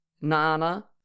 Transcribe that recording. Nana